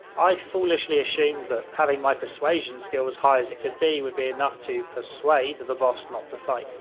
i foolishing assumed that having my persuasion skill as high as it could be would be enough to persuade the boss not to fight,